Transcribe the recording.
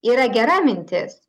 yra gera mintis